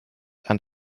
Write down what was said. and